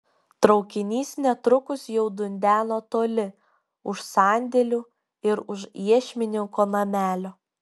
traukinys netrukus jau dundeno toli už sandėlių ir už iešmininko namelio